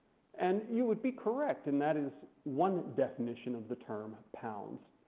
and you would be correct and that is one definition of the term pounds.